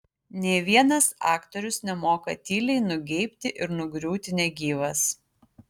nė vienas aktorius nemoka tyliai nugeibti ir nugriūti negyvas